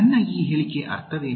ನನ್ನ ಈ ಹೇಳಿಕೆಯ ಅರ್ಥವೇನು